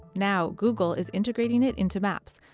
now google is integrating it into maps,